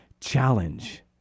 challenge